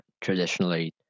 traditionally